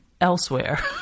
elsewhere